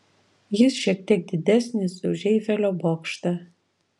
jis šiek tiek didesnis už eifelio bokštą